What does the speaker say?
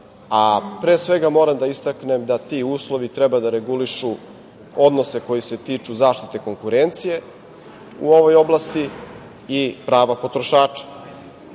a pre svega moram da istaknem da ti uslovi treba da regulišu odnose koji se tiču zaštite konkurencije u ovoj oblasti i prava potrošača.I